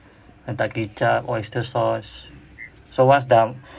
letak kicap oyster sauce so once dah